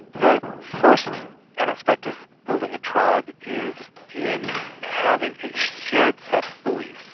the first aspect of building a tribe is in having a shared set of beliefs.